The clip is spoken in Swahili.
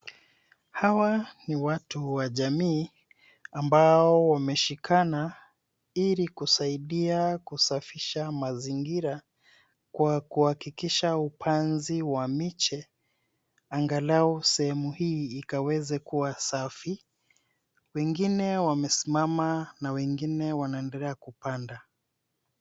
Hawa ni watu wa jamii ambao wameshikana ili kusaidia kusafisha mazingira kwa kuhakikisha upanzi wa miche angalau sehemu hii ikaweze kuwa safi. Wengine wamesimama na wengine wanaendelea kupanda.